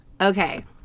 Okay